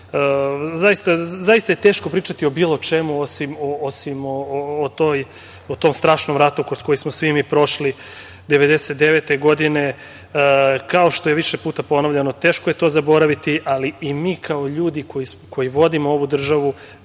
je teško pričati o bilo čemu, osim o tom strašnom ratu kroz koji smo svi mi prošli 1999. godine. Kao što je više puta ponovljeno, teško je to zaboraviti, ali i mi kao ljudi koji vodimo ovu državu,